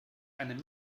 eine